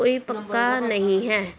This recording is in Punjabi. ਕੋਈ ਪੱਕਾ ਨਹੀਂ ਹੈ